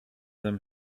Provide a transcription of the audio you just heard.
them